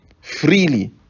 freely